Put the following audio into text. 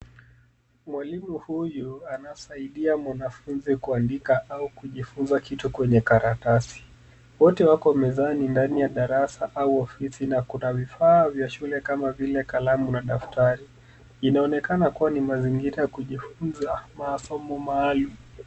Mwalimu huyu anasaidia mwanafunzi kuandika au kujifunza kitu kwenye karatasi. Wote wako mezani ndani ya darasa au ofisi na kuna vifaa vya shule kama vile kalamu na daftari. Inaonekana kuwa ni mazingira ya kujifunza masomo maalum.